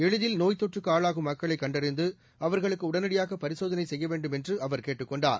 எளிதில் நோய்த்தொற்றுக்கு ஆளாகும் மக்களை கண்டறிந்து அவர்களுக்கு உடனடியாக பரிசோதனை செய்ய வேண்டும் என்று அவர் கேட்டுக் கொண்டார்